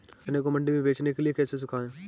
चने को मंडी में बेचने के लिए कैसे सुखाएँ?